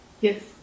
yes